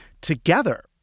together